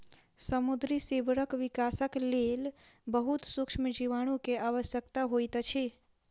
समुद्री सीवरक विकासक लेल बहुत सुक्ष्म जीवाणु के आवश्यकता होइत अछि